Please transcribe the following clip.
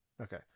Okay